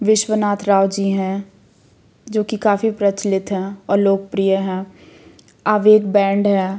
विश्वनाथ राव जी हैं जो कि काफ़ी प्रचलित हैं और लोकप्रिय हैं आवेग बैंड है